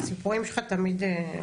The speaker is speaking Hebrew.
הסיפורים שלך תמיד מעניינים.